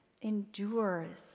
endures